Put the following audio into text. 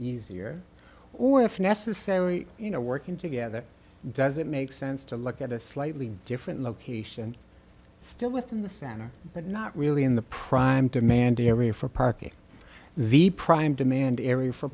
easier or if necessary you know working together does it make sense to look at a slightly different location still within the center but not really in the prime demand area for parking the prime demand area for